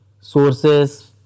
sources